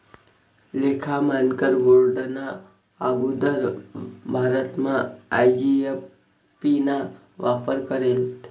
लेखा मानकर बोर्डना आगुदर भारतमा आय.जी.ए.ए.पी ना वापर करेत